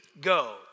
Go